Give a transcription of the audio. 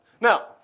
Now